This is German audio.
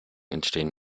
entstehen